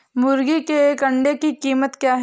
मुर्गी के एक अंडे की कीमत क्या है?